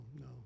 no